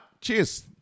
Cheers